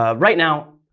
ah right now,